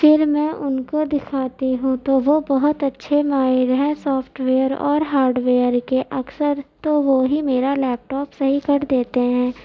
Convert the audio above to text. پھر میں ان کو دکھاتی ہوں تو وہ بہت اچھے ماہر ہیں سافٹ ویئر اور ہارڈ ویئر کے اکثر تو وہی میرا لیپ ٹاپ صحیح کر دیتے ہیں